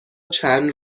چند